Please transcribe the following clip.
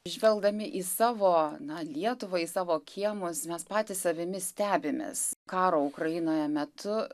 žvelgdami į savo na lietuvą į savo kiemus mes patys savimi stebimės karo ukrainoje metu